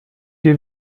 die